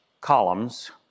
columns